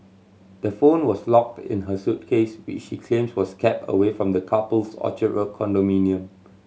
the phone was locked in her suitcase which she claims was kept away from the couple's Orchard Road condominium